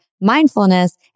mindfulness